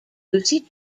lucy